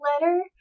letter